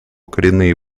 коренные